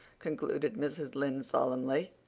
concluded mrs. lynde solemnly,